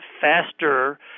faster